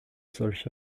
solche